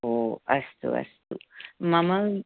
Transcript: ओ अस्तु अस्तु मम